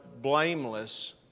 blameless